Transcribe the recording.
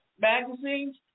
magazines